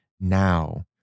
now